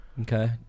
Okay